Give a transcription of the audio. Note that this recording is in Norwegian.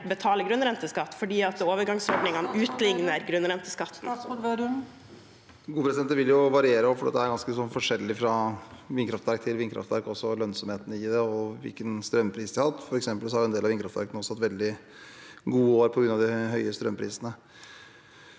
betale grunnrenteskatt fordi overgangsordningene utligner grunnrenteskatten? Statsråd Trygve Slagsvold Vedum Det vil jo variere, for det er ganske forskjellig fra vindkraftverk til vindkraftverk etter lønnsomheten i det og hvilken strømpris de har hatt. For eksempel har en del av vindkraftverkene hatt veldig gode år på grunn av de høye strømprisene.